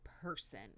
person